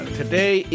today